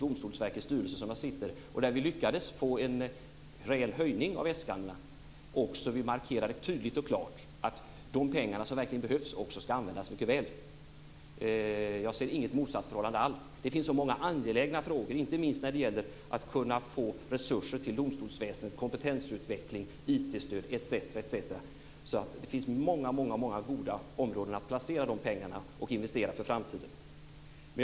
Domstolsverkets styrelse - där jag sitter, och vi lyckades få en reell höjning av äskandena - också vill markera att de pengar som behövs ska användas väl. Jag ser inget motsatsförhållande. Det finns så många angelägna frågor, inte minst när det gäller resurser till domstolsväsendet, kompetensutveckling, IT-stöd osv. Det finns många goda områden att placera pengarna och investera för framtiden.